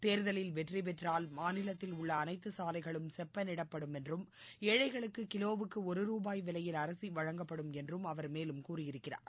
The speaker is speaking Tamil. தேர்தலில் வெற்றிபெற்றால் மாநிலத்தில் உள்ள அனைத்து சாலைகளும் செப்பளிடப்படும் என்றும் ஏழைகளுக்கு கிலோவுக்கு ஒரு ரூபாய் விலையில் அரிசி வழங்கப்படும் என்று மேலும் கூறியிருக்கிறார்